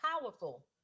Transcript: powerful